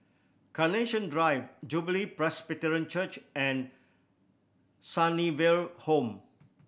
Carnation Drive Jubilee Presbyterian Church and Sunnyville Home